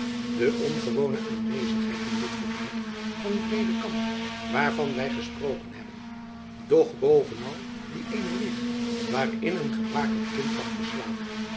de ongewone aanwezigheid in dit vertrek van het ledekant waarvan wy gesproken hebben doch bovenal die eener wieg waarin een gebakerd kind lag te slapen